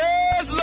Yes